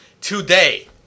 today